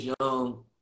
young